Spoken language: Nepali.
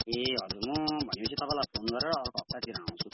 ए हजुर भनेपछि म तपाईँलाई फोन गरेर अर्को हप्तातिर आउँछु